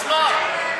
אז מה?